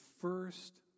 first